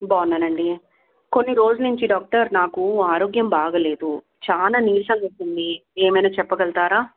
బాగున్నానండి కొన్ని రోజుల నుంచి డాక్టర్ నాకు ఆరోగ్యం బాగోలేదు చాలా నీరసంగా ఉంటుంది ఏమైనా చెప్పగలుగుతారా